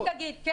כן.